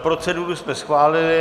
Proceduru jsme schválili.